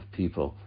people